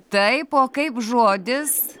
taip kaip žodis